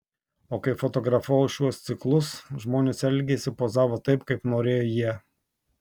o kai fotografavau šiuos ciklus žmonės elgėsi pozavo taip kaip norėjo jie